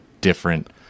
different